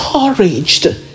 encouraged